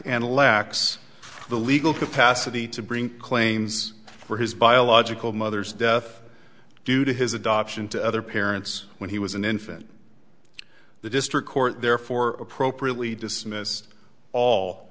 and lacks the legal capacity to bring claims for his biological mother's death due to his adoption to other parents when he was an infant the district court therefore appropriately dismissed all